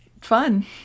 fun